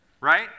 right